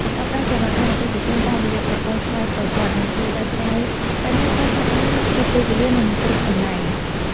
ការផ្តល់សេវាកម្មអតិថិជនតាមរយៈប្រព័ន្ធស្វ័យប្រវត្តិនឹងជួយដោះស្រាយបញ្ហាបានឆាប់រហ័សនៅគ្រប់ពេលវេលានិងគ្រប់កន្លែង។